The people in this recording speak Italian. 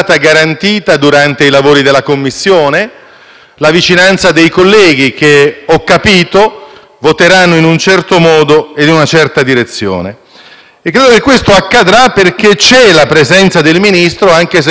voteranno in un certo modo e in una certa direzione. Credo che questo accadrà perché c'è la presenza del Ministro, anche se noi non la vediamo. Di cosa tratta la convocazione odierna su questo punto?